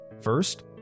First